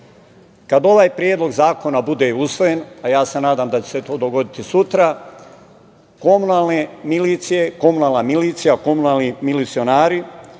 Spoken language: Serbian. Kada ovaj predlog zakona bude usvojen, a ja se nadam da će se to dogoditi sutra, komunalne milicije, komunalna milicija, komunalni milicionari